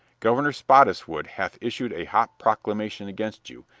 governor spottiswood hath issued a hot proclamation against you,